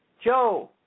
Joe